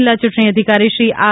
જિલ્લા ચૂંટણી અધિકારી શ્રી આર